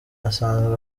asanzwe